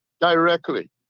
directly